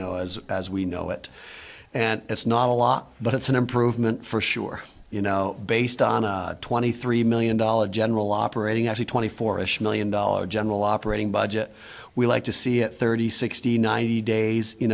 know as as we know it and it's not a lot but it's an improvement for sure you know based on a twenty three million dollars general operating actually twenty four ish million dollar general operating budget we'd like to see it thirty sixty ninety days you